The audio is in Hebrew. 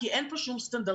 כי אין כאן שום סטנדרטיזציה.